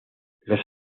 los